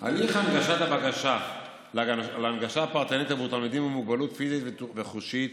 הליך הגשת הבקשה להנגשה פרטנית עבור תלמידים עם מוגבלות פיזית וחושית